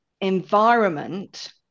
environment